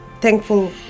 thankful